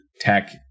tech